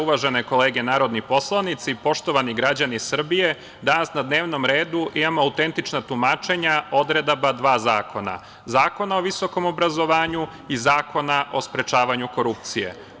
Uvažene kolege narodni poslanici, poštovani građani Srbije, danas na dnevnom redu imamo autentična tumačenja odredaba dva zakona – Zakona o visokom obrazovanju i Zakona o sprečavanju korupcije.